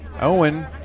Owen